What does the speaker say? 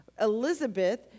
Elizabeth